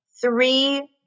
three